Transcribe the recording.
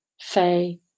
Faye